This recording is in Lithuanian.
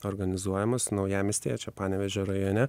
organizuojamos naujamiestyje čia panevėžio rajone